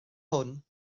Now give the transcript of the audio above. hwn